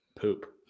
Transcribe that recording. Poop